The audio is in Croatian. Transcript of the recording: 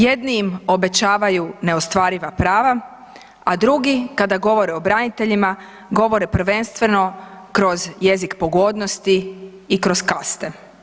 Jedni im obećavaju neostvariva prava, a drugi kada govore o braniteljima govore prvenstveno kroz jezik pogodnosti i kroz kaste.